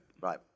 Right